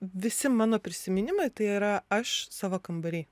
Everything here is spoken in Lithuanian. visi mano prisiminimai tai yra aš savo kambary